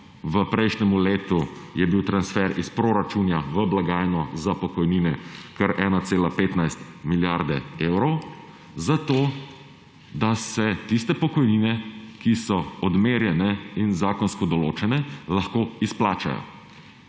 V prejšnjem letu je bil transfer iz proračuna v blagajno za pokojnine kar 1,15 milijarde evrov, zato da se tiste pokojnine, ki so odmerjene in zakonsko določene, lahko izplačajo.